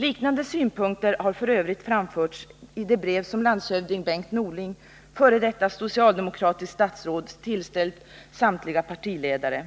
Liknande synpunkter har f. ö. framförts i det brev som landshövding Bengt Norling, f. d. socialdemokratiskt statsråd, tillställt samtliga partiledare.